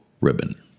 ribbon